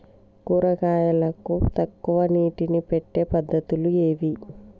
కూరగాయలకు తక్కువ నీటిని పెట్టే పద్దతులు ఏవి?